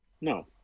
No